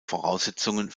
voraussetzungen